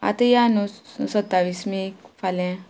आतां ह्या न्हू सू सू सत्तावीस मेक फाल्यां